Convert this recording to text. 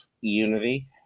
unity